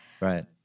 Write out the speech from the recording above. Right